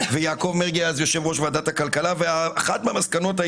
ויעקב מרגי היה יושב-ראש ועדת הכלכלה ואחת המסקנות,